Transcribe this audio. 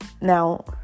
now